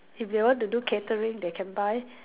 if they want to do catering they can buy